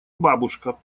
бабушка